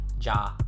Ja